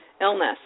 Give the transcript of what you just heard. illness